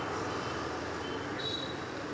टोमॅटोचे फळ वाढावे यासाठी काय करावे?